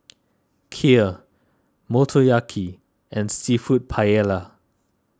Kheer Motoyaki and Seafood Paella